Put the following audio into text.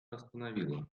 остановило